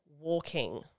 walking